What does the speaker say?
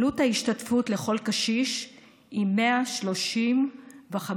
עלות ההשתתפות של כל קשיש היא 135 שקלים.